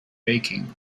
baking